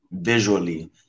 visually